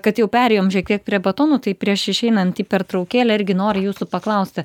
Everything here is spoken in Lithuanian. kad jau perėjom šiek tiek prie batonų tai prieš išeinant į pertraukėlę irgi noriu jūsų paklausti